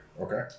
Okay